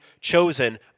chosen